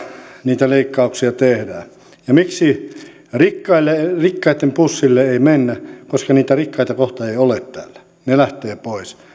niitä leikkauksia tehdään miksi rikkaitten rikkaitten pussille ei mennä koska niitä rikkaita kohta ei ole täällä ne lähtevät pois